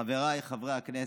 חבריי חברי הכנסת,